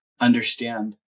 understand